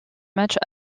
matchs